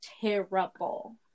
terrible